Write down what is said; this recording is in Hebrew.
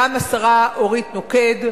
גם השרה אורית נוקד,